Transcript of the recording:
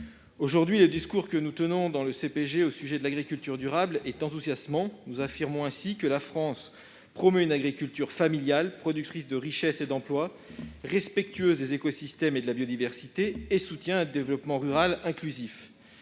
Aujourd'hui, le discours tenu dans le CPG au sujet de l'agriculture durable est enthousiasmant. Nous affirmons ainsi que « la France promeut une agriculture familiale, productrice de richesses et d'emplois, respectueuse des écosystèmes et de la biodiversité, et soutient un développement rural inclusif